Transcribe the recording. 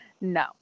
no